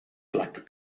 black